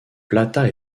plata